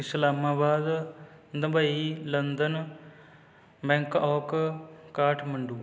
Islamabad Dubai London Bangkok Kathmandu